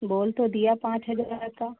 बोल तो दिया पाँच हजार का